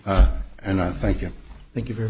and i thank you thank you very